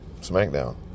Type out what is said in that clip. Smackdown